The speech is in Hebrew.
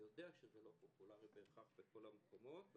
אני יודע שזה לא פופולרי בהכרח בכל המקומות.